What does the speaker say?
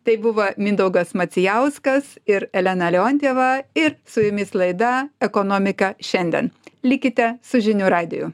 tai buvo mindaugas macijauskas ir elena leontjeva ir su jumis laida ekonomika šiandien likite su žinių radiju